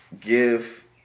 give